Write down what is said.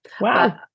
Wow